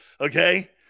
Okay